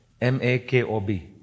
M-A-K-O-B